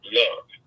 love